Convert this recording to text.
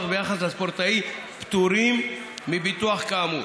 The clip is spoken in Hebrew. ביחס לספורטאי פטורים מביטוח כאמור.